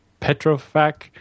Petrofac